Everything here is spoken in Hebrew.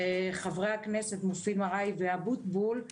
וחברי הכנסת מופיד מרעי ומשה אבוטבול,